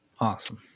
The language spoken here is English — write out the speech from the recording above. awesome